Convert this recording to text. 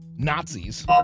nazis